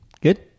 Good